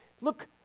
look